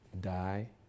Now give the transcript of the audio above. Die